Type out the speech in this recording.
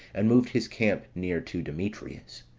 and moved his camp near to demetrius.